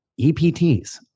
EPTs